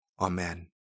Amen